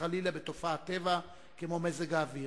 חלילה בתופעת טבע כמו מזג האוויר.